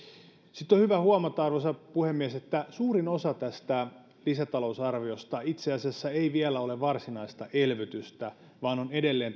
sitten on hyvä huomata arvoisa puhemies että suurin osa tästä lisätalousarviosta itse asiassa ei vielä ole varsinaista elvytystä vaan edelleen